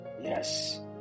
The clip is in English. Yes